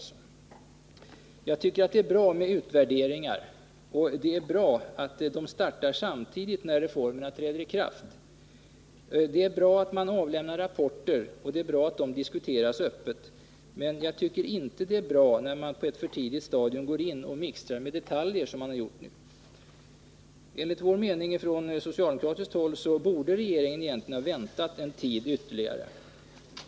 Jag tycker att det är bra med utvärderingar, och det är bra att de startar samtidigt som reformerna träder i kraft. Det är bra att man avlämnar rapporter, och det är bra att de diskuteras öppet. Men jag tycker inte att det är bra när man på ett för tidigt stadium går in och mixtrar med detaljer, som man har gjort nu. Enligt vår mening från socialdemokratiskt håll borde regeringen egentligen ha väntat en tid ytterligare.